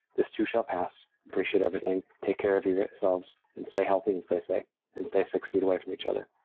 this too shall pass. appreciate everything. take care of yourselves and stay healthy and stay safe and stay six feet away from each other.